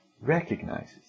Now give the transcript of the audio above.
recognizes